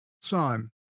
son